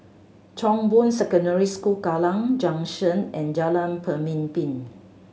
Chong Boon Secondary School Kallang Junction and Jalan Pemimpin